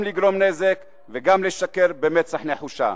גם לגרום נזק וגם לשקר במצח נחושה.